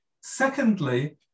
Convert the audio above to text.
Secondly